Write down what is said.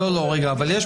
הרי אז